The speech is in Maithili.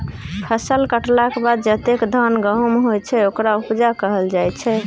फसल कटलाक बाद जतेक धान गहुम होइ छै ओकरा उपजा कहल जाइ छै